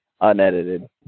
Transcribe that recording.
unedited